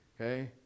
okay